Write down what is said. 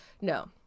no